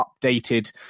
updated